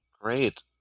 Great